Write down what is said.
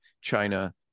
China